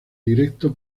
directo